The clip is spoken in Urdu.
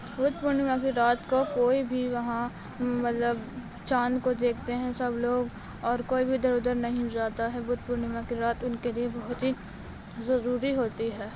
بدھ پورنیما کی رات کو کوئی بھی وہاں مطلب چاند کو دیکھتے ہیں سب لوگ اور کوئی بھی ادھر ادھر نہیں جاتا ہے بدھ پورنیما کی رات ان کے لیے بہت ہی ضروری ہوتی ہے